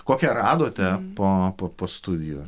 kokią radote po po po studijų